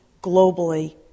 globally